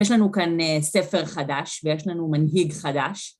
יש לנו כאן ספר חדש ויש לנו מנהיג חדש.